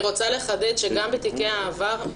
אני רוצה לחדד שגם בתיקי העבר,